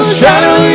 shadow